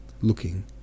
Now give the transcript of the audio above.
looking